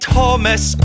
Thomas